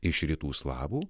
iš rytų slavų